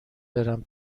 برم